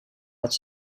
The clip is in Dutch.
dat